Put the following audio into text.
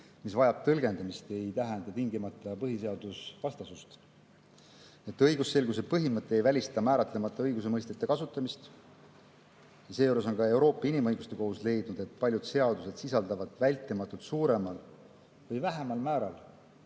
mis vajab tõlgendamist, ei tähenda tingimata põhiseadusvastasust. Õigusselguse põhimõte ei välista määratlemata õigusmõistete kasutamist. Seejuures on ka Euroopa Inimõiguste Kohus leidnud, et paljud seadused sisaldavad vältimatult suuremal või vähemal määral